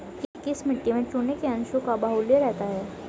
किस मिट्टी में चूने के अंशों का बाहुल्य रहता है?